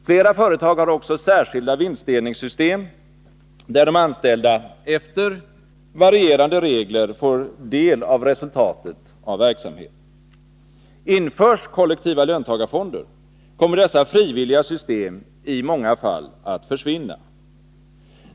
Flera företag har också särskilda vinstdelningssystem, där de anställda efter varierande regler får del av resultatet i verksamheten. Införs kollektiva löntagarfonder, kommer dessa frivilliga system i många fall att försvinna.